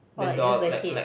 or like just the head